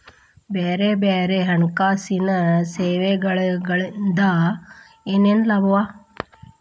ಬ್ಯಾರೆ ಬ್ಯಾರೆ ಹಣ್ಕಾಸಿನ್ ಸೆವೆಗೊಳಿಂದಾ ಏನೇನ್ ಲಾಭವ?